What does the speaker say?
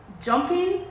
jumping